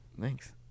Thanks